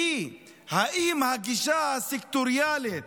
והיא אם הגישה הסקטוריאלית